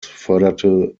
förderte